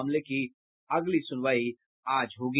मामले की अगली सुनवाई आज होगी